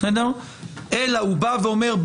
אלא הוא בא ואומר,